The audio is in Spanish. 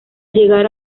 llegar